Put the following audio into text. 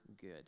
good